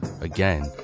Again